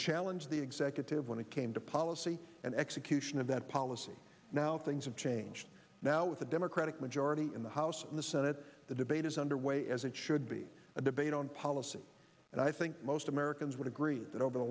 challenge the executive when it came to policy and execution of that policy now things have changed now with a democratic majority in the house and the senate the debate is underway as it should be a debate on policy and i think most americans would agree that over the